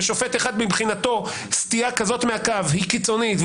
ושופט אחד מבחינתו סטייה כזאת מהקו היא קיצונית,